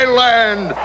land